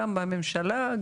גם בממשלה,